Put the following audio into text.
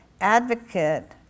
advocate